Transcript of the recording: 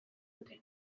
dute